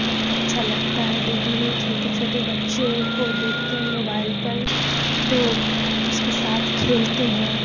بہت اچھا لگتا ہے دیکھنے میں چھوٹے چھوٹے بچے کو دیکھتے ہیں موبائل پر تو اس کے ساتھ کھیلتے ہیں